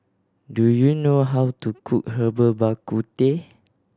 do you know how to cook Herbal Bak Ku Teh